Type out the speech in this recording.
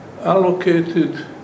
allocated